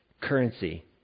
currency